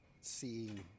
seeing